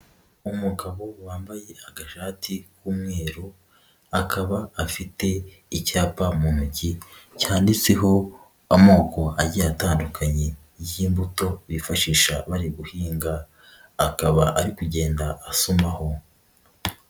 Umugabo wambaye agashati k'umweru, akaba afite icyapa mu ntoki, cyanditseho amoko agiye atandukanye y'imbuto bifashisha bari guhinga, akaba ari kugenda asomaho.